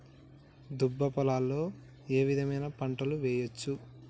దుబ్బ పొలాల్లో ఏ విధమైన పంటలు వేయచ్చా?